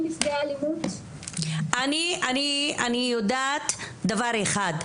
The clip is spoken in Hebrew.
אני יודעת דבר אחד,